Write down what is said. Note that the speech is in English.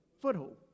Foothold